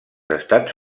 estats